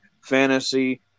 fantasy